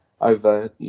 over